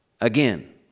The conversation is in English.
again